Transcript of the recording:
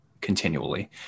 continually